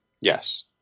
Yes